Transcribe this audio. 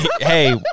hey